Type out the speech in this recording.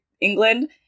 England